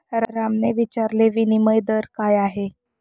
रामने विचारले, विनिमय दर काय आहे?